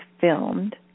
filmed